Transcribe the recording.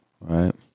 Right